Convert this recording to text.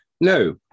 no